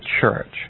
church